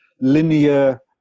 linear